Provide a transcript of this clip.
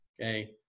okay